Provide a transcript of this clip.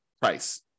price